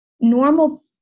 Normal